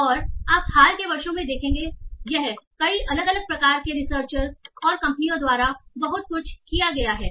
और आप हाल के वर्षों में देखेंगे यह कई अलग अलग प्रकार के रिसर्चर और कंपनियों द्वारा बहुत कुछ किया गया है